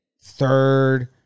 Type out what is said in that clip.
third